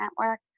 network